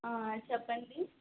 చెప్పండి